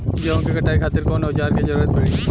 गेहूं के कटाई खातिर कौन औजार के जरूरत परी?